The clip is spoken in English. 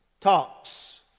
talks